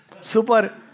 super